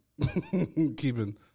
keeping